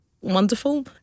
wonderful